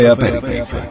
Aperitif